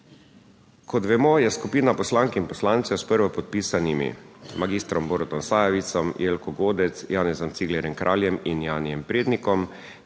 Kot vemo, je skupina poslank in poslancev, s prvopodpisanimi magistrom Borutom Sajovicem, Jelko Godec, Janezom Ciglerjem Kraljem in Janijem Prednikom